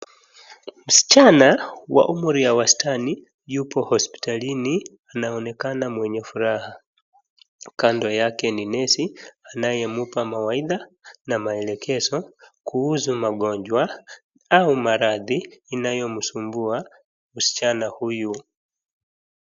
Msichana wa umri ya wastani yupo hosiptalini anaonekana mwenye furaha, kando yake ni nesi anayempa mawaidha na maelekezo kuhusu magonjwa au maradhi inayomsumbua msichana huyu.